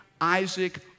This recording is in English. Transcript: Isaac